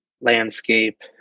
landscape